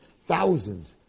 thousands